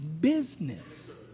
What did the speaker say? business